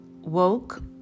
woke